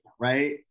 right